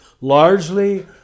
largely